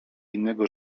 innego